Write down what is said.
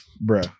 bro